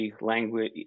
language